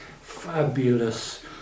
fabulous